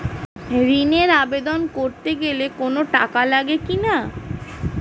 ঋণের আবেদন করতে গেলে কোন টাকা লাগে কিনা?